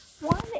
One